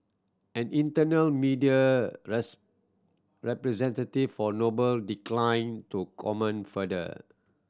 an external media representative for Noble declined to comment further